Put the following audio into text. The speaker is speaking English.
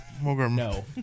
No